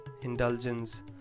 indulgence